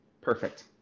perfect